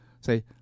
say